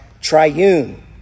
triune